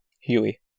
Huey